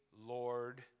Lord